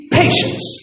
patience